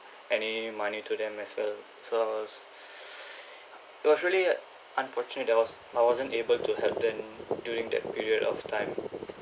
any money to them as well so I was it was really unfortunate that was I wasn't able to help them during that period of time